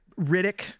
Riddick